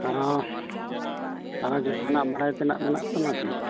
ᱟᱨ ᱡᱟᱦᱟᱱᱟᱜ ᱵᱟᱲᱟᱭ ᱛᱮᱱᱟᱜ ᱢᱮᱱᱟᱜ ᱛᱟᱢᱟ ᱠᱤ